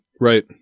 right